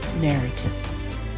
narrative